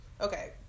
okay